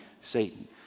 Satan